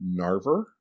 Narver